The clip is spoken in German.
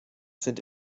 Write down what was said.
sind